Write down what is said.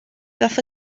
ddaeth